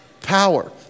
power